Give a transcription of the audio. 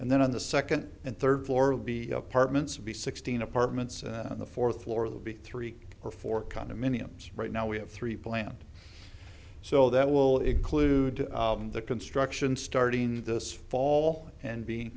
and then on the second and third floor will be apartments of the sixteen apartments on the fourth floor of the big three or four condominiums right now we have three plan so that will include the construction starting this fall and be